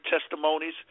testimonies